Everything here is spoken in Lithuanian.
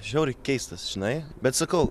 žiauriai keistas žinai bet sakau